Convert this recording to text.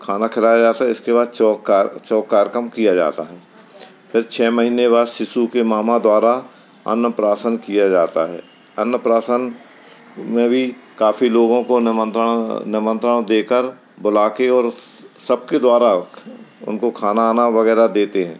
खाना खिलाया जाता है इसके बाद चौक का चौक कार्यक्रम किया जाता है फिर छः महीने बाद शिशु के मामा द्वारा अन्नप्राशन किया जाता है अन्नप्राशन में भी काफ़ी लोगों को निमंत्रण निमंत्रण दे कर बुला कर और सब के द्वारा उनको खाना आना वग़ैरह देते हैं